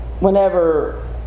Whenever